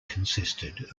consisted